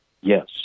Yes